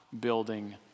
building